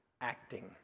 acting